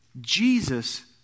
Jesus